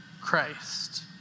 Christ